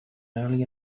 early